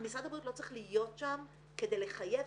משרד הבריאות לא צריך להיות שם כדי לחייב.